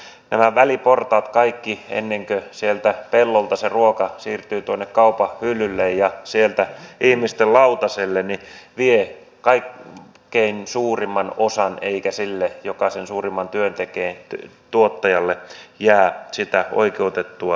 nämä väliportaat kaikki ennen kuin pellolta se ruoka siirtyy kaupan hyllylle ja sieltä ihmisten lautasille vievät kaikkein suurimman osan eikä sille joka sen suurimman työn tekee tuottajalle jää sitä oikeutettua osuutta